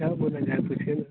क्या बोलल जाइ पुछिए ने